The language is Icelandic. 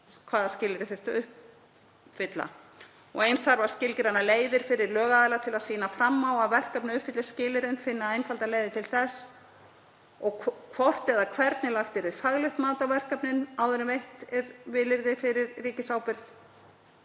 hvaða skilyrði þyrfti að uppfylla. Eins þarf að skilgreina leiðir fyrir lögaðila til að sýna fram á að verkefni uppfylli skilyrðin, finna einfaldar leiðir til þess, og hvort eða hvernig lagt yrði faglegt mat á verkefnin áður en veitt er vilyrði fyrir ríkisábyrgð